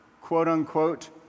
quote-unquote